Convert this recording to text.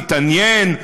התעניין,